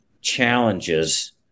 challenges